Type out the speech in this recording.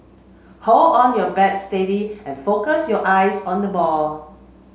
hold on your bat steady and focus your eyes on the ball